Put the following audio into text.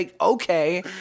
okay